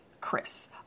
Chris